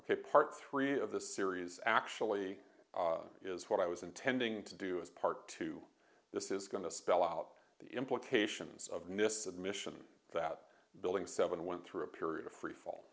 ok part three of the series actually is what i was intending to do as part two this is going to spell out the implications of this admission that building seven went through a period of freefa